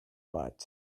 but